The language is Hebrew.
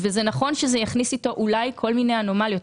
נכון שזה אולי יכניס איתו כל מיני אנומליות,